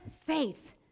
faith